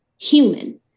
human